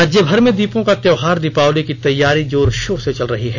राज्यभर में दीपों का त्योहार दीपावली की तैयारी जोर शोर से चल रही है